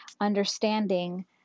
understanding